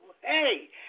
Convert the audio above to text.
Hey